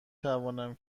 توانم